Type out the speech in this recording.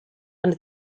under